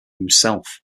himself